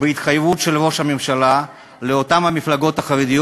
בהתחייבות של ראש הממשלה לאותן המפלגות החרדיות.